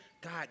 God